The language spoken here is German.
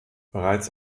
bereits